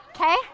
Okay